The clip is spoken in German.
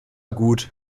gut